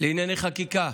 לענייני חקיקה